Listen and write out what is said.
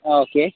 ആ ഓക്കെ